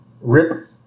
Rip